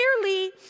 clearly